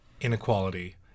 inequality